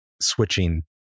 switching